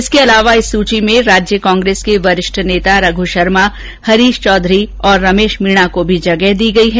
इसके अलावा इस सूची में राज्य कांग्रेस के वरिष्ठ नेता रघु शर्मा हरीश चौधरी रमेश मीणा को भी जगह दी गई है